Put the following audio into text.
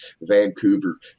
Vancouver